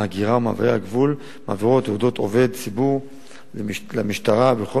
ההגירה ומעברי הגבול מעבירות תעודות עובד ציבור למשטרה בכל